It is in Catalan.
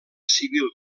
civil